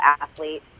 athlete